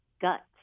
gut